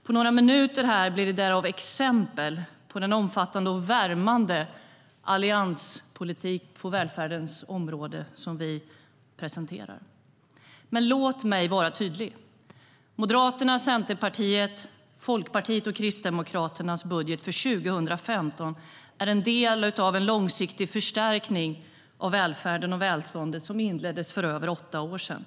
På några minuter här blir det därav exempel på den omfattande och värmande allianspolitik på välfärdens område som vi presenterar. Låt mig vara tydlig: Moderaternas, Centerpartiets, Folkpartiets och Kristdemokraternas budget för 2015 är en del av den långsiktiga förstärkning av välfärden och välståndet som inleddes för över åtta år sedan.